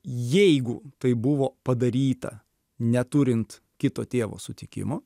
jeigu tai buvo padaryta neturint kito tėvo sutikimo